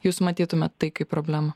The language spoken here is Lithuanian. jūs matytumėt tai kaip problemą